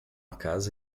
casa